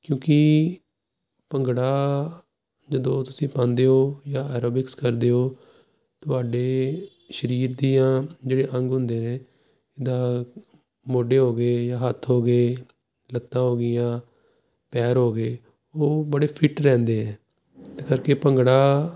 ਕਿਉਂਕਿ ਭੰਗੜਾ ਜਦੋਂ ਤੁਸੀਂ ਪਾਉਂਦੇ ਹੋ ਜਾਂ ਐਰੋਬਿਕਸ ਕਰਦੇ ਹੋ ਤੁਹਾਡੇ ਸਰੀਰ ਦੀਆਂ ਜਿਹੜੇ ਅੰਗ ਹੁੰਦੇ ਨੇ ਜਿੱਦਾਂ ਮੋਢੇ ਹੋ ਗਏ ਜਾਂ ਹੱਥ ਹੋ ਗਏ ਲੱਤਾਂ ਹੋ ਗਈਆਂ ਪੈਰ ਹੋ ਗਏ ਉਹ ਬੜੇ ਫਿਟ ਰਹਿੰਦੇ ਆ ਜਿਹਦੇ ਕਰਕੇ ਭੰਗੜਾ